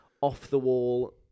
off-the-wall